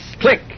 Click